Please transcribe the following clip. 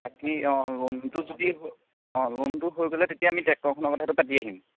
বাকী অঁ লোনটো যদি হৈ অঁ লোনটো হৈ গ'লে তেতিয়া আমি টেক্টৰখনৰ কথাটো পাৰি আহিম